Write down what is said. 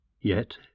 Yet